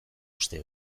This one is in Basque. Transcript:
uste